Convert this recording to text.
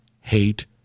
hate